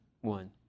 one